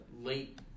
late